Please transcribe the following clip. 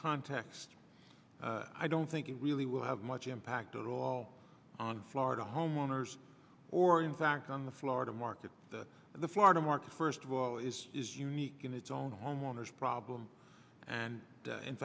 context i don't think it really will have much impact at all on florida homeowners or in fact on the florida market the the florida market first of all is is unique in its own homeowners problem and